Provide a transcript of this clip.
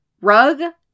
rug